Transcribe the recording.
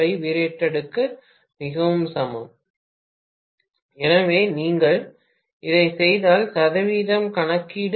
பேராசிரியர் மாணவர் உரையாடல் முடிகிறது எனவே நீங்கள் செய்தால் சதவீதம் கணக்கீடு